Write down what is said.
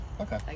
Okay